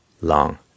long